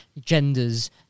genders